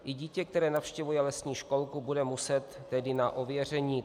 I dítě, které navštěvuje lesní školku, bude muset tedy na ověření.